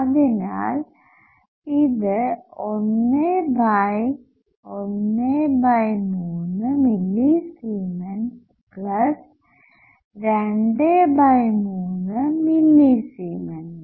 അതിനാൽ ഇത് 1 by 13 millisiemens 23മില്ലിസീമെൻസ്